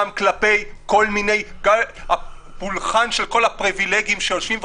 גם כלפי פולחן של כל הפריוולגים שעושים קרנבלים.